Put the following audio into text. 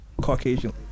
Caucasian